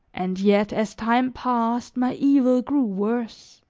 and yet as time passed my evil grew worse,